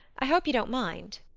i hope you don't mind.